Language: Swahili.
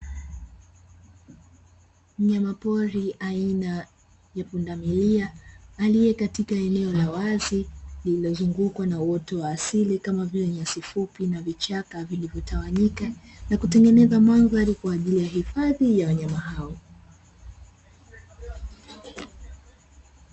Mnyamapori aina ya pundamilia, aliyekatika eneo la wazi lililozungukwa na uoto wa asili kama vile': nyasi fupi na vichaka vilivyotawanyika na kutengeneza mandhari kwa ajili ya hifadhi ya wanyama hao.